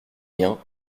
liens